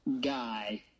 guy